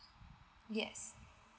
yes